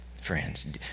friends